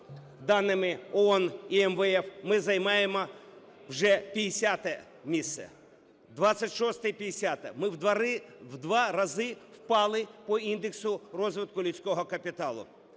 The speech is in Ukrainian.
даними ООН і МВФ ми займаємо вже 50 місце. 26-е і 50-е. Ми в два рази впали по індексу розвитку людського капіталу.